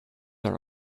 are